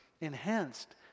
enhanced